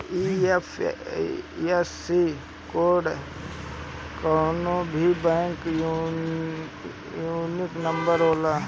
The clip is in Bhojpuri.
आई.एफ.एस.सी कोड कवनो भी खाता यूनिक नंबर होला